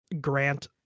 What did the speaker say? grant